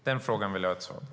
Den frågan vill jag ha svar på.